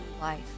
life